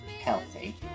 healthy